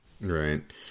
right